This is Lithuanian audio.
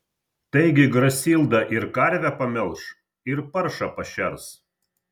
taigi grasilda ir karvę pamelš ir paršą pašers